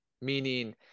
Meaning